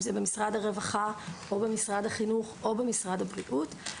אם זה במשרד החינוך או במשרד הרווחה או במשרד הבריאות,